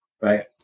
right